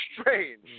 strange